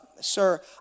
sir